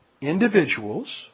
individuals